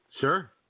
Sure